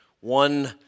one